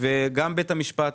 גם בית המשפט,